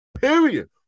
period